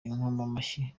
inkomamashyi